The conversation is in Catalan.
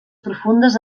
profundes